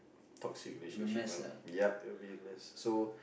toxic relationship well ya it will be in this